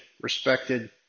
respected